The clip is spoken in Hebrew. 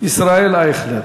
ישראל אייכלר.